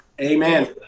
Amen